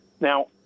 Now